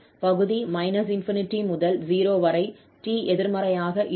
பகுதி ∞ முதல் 0 வரை t எதிர்மறையாக இருக்கும்